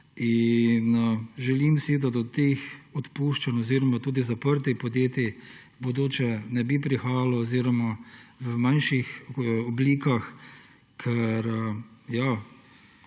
Želim si, da do teh odpuščanj oziroma tudi zaprtij podjetij v bodoče ne bi prihajalo oziroma v manjših oblikah, ker ja,